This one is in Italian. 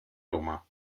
roma